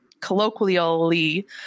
colloquially